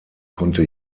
konnte